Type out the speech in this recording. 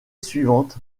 suivante